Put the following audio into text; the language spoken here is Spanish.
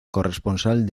corresponsal